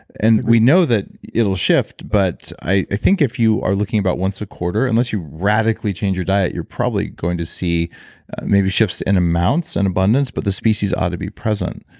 and we know that it'll shift. but i think if you are looking about once a quarter, unless you radically change your diet, you're probably going to see maybe shifts in amounts and abundance, but the species ought to be present.